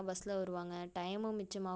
பஸ்ல வருவாங்கள் டயமும் மிச்சமாகும்